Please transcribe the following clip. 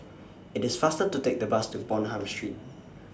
IT IS faster to Take The Bus to Bonham Street